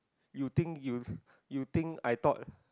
you think you you think I thought